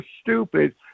stupid